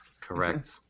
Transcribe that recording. Correct